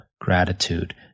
gratitude